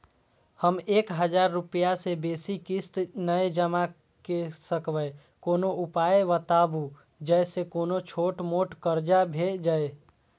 हम एक हजार रूपया से बेसी किस्त नय जमा के सकबे कोनो उपाय बताबु जै से कोनो छोट मोट कर्जा भे जै?